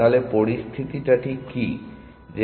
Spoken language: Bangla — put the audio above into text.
তাহলে পরিস্থিতিটা ঠিক কী